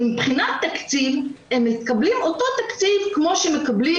ומבחינת תקציב הם מקבלים אותו תקציב כמו שמקבלים